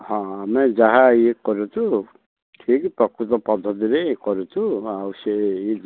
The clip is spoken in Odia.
ହଁ ଆମେ ଯାହା ଇଏ କରୁଛୁ ଠିକ ପ୍ରକୃତ ପଦ୍ଧତିରେ ଇଏ କରୁଛୁ ଆଉ ସେ ୟେ ଯେ